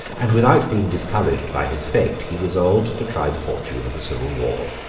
and without being discouraged by his fate, he resolved to try the fortune of a civil war.